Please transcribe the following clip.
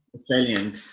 Australian